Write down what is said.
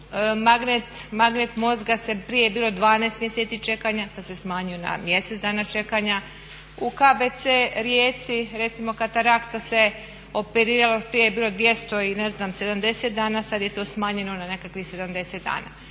magnet mozga prije je bilo 12 mjeseci čekanja sad se smanjio na mjesec dana čekanja. U KBC Rijeci recimo katarakta se operiralo prije je bilo 200 i ne znam 70 dana, sad je to smanjeno na nekakvih 70 dana.